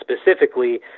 specifically